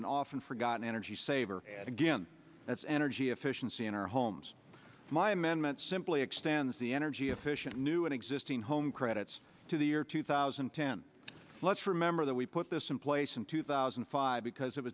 and often forgotten energy saver again that's energy efficiency in our homes my amendment simply extends the energy efficient new and existing home credits to the year two thousand and ten let's remember that we put this in place in two thousand and five because